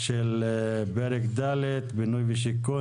אנחנו בשעה טובה מגיעים לשלב ההצבעות בנושא שכל כך היה חשוב,